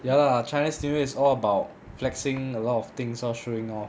ya lah chinese new year is all about flexing a lot of things lor showing off